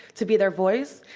to be their voice,